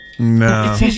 No